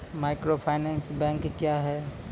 Microfinance bank क्या हैं?